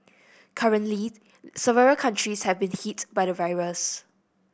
currently several countries have been hit by the virus